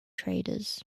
traders